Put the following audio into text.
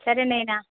సరే నయినా